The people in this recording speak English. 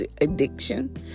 addiction